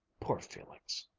poor felix!